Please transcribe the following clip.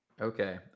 Okay